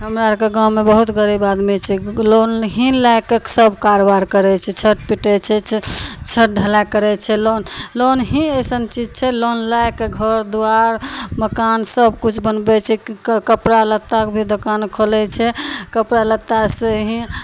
हमरा आरके गाँवमे बहुत गरीब आदमी छै लोन ही लएके सब कारोबार करय छै छत पीटय छै ओइसँ छत ढलाइ करय छै लोन लोन ही अइसन चीज छै लोन लए कऽ घर द्वार मकान सब कुछ बनबय छै कपड़ा लत्ताक भी दोकान खोलय छै कपड़ा लत्तासँ ही